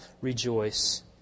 rejoice